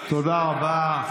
תודה רבה.